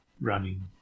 running